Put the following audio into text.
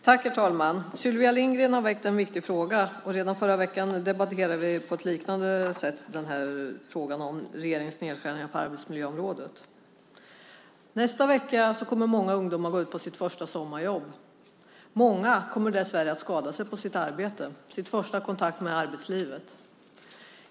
Herr talman! Sylvia Lindgren har väckt en viktig fråga. Redan förra veckan debatterade vi på ett liknande sätt frågan om regeringens nedskärningar på arbetsmiljöområdet. Nästa vecka kommer många ungdomar att gå ut på sitt första sommarjobb. Många kommer dessvärre att skada sig på sitt arbete i sin första kontakt med arbetslivet.